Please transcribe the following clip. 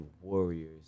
warriors